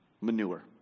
manure